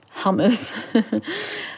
hummus